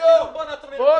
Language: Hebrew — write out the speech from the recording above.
אני והוא.